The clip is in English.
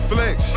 Flex